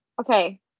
Okay